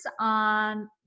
on